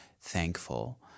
thankful